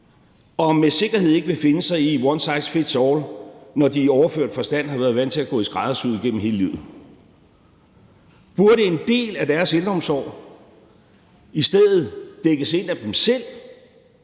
og med sikkerhed ikke vil finde sig i, at one size fits all, når de i overført forstand har været vant til at gå i skræddersyet igennem hele livet. Burde en del af deres ældreomsorg i stedet dækkes ind af dem selv